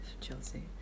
Chelsea